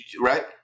right